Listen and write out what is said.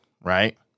Right